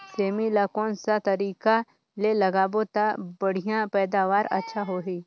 सेमी ला कोन सा तरीका ले लगाबो ता बढ़िया पैदावार अच्छा होही?